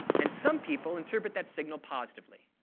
and some people interpret that signal positively.